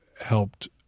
helped